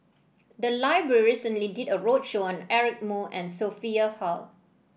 the library recently did a roadshow on Eric Moo and Sophia Hull